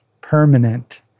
permanent